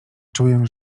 czuję